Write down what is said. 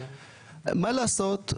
מה לעשות?